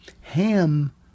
Ham